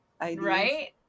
Right